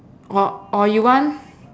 or or you want